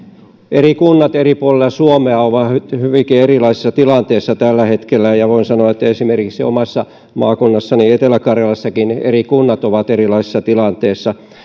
eri kunnat eri puolilla suomea ovat hyvinkin erilaisissa tilanteissa tällä hetkellä ja ja voin sanoa että esimerkiksi omassa maakunnassani etelä karjalassakin eri kunnat ovat erilaisessa tilanteessa